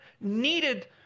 needed